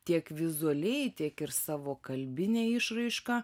tiek vizualiai tiek ir savo kalbine išraiška